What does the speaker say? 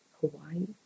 Hawaii